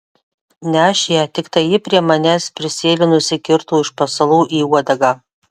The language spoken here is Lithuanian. ne aš ją tiktai ji prie manęs prisėlinusi kirto iš pasalų į uodegą